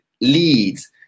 leads